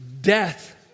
death